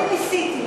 אני ניסיתי.